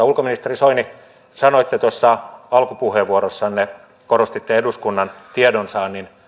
ulkoministeri soini tuossa alkupuheenvuorossanne korostitte eduskunnan tiedonsaannin